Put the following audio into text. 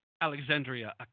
Alexandria